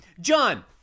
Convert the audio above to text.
John